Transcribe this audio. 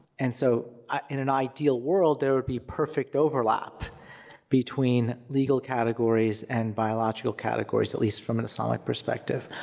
and so in an ideal world there would be perfect overlap between legal categories and biological categories, at lease from an islamic perspective.